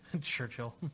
Churchill